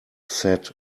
sat